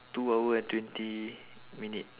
two hour and twenty minute